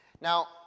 Now